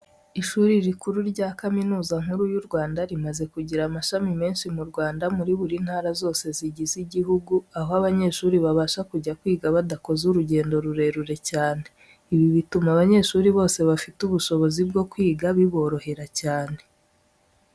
Ishuri rikuru rya Kaminuza Nkuru y'u Rwanda, rimaze kugira amashami menshi mu Rwanda muri buri ntara zose zigize igihugu, aho abanyeshuri babasha kujya kwiga badakoze urugendo rurerure cyane. Ibi bituma abanyeshuri bose bafite ubushobozi bwo kwiga biborohera cyane.